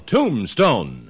Tombstone